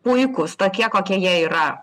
puikūs tokie kokie jie yra